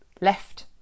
left